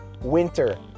winter